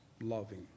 loving